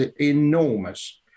enormous